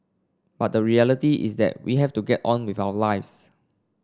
but the reality is that we have to get on with our lives